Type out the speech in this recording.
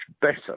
better